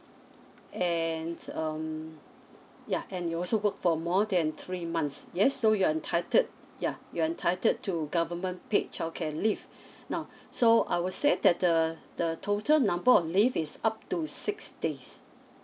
and err ya and you also work for more than three months yes so you're entitled yeah you're entitled to government paid childcare leave now so I would say that the the total number of leave is up to six days